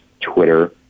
Twitter